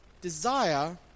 desire